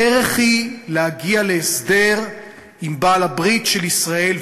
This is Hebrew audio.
הדרך היא להגיע להסדר עם בעל-הברית של ישראל,